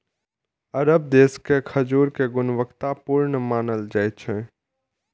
अरब देश के खजूर कें गुणवत्ता पूर्ण मानल जाइ छै